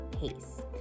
pace